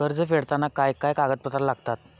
कर्ज फेडताना काय काय कागदपत्रा लागतात?